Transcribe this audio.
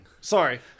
Sorry